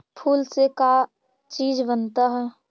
फूल से का चीज बनता है?